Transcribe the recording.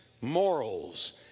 morals